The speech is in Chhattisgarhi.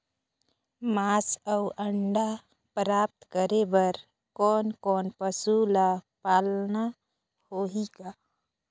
मांस अउ अंडा प्राप्त करे बर कोन कोन पशु ल पालना होही ग?